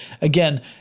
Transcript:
Again